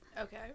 okay